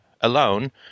alone